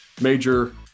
major